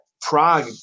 Prague